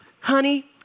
honey